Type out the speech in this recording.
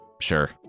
Sure